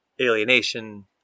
alienation